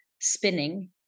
spinning